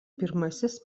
pirmasis